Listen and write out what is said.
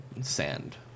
sand